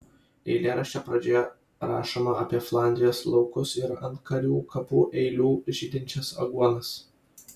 eilėraščio pradžioje rašoma apie flandrijos laukus ir ant karių kapų eilių žydinčias aguonas